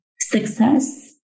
success